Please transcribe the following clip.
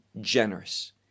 generous